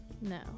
No